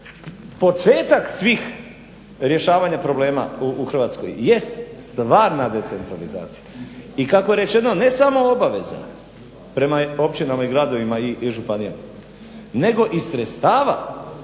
početak svih rješavanja problema u Hrvatskoj jest stvarna decentralizacija. I kako je rečeno ne samo obaveza prema općinama i gradovima i županijama, nego i sredstava.